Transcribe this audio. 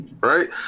Right